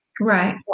right